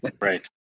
Right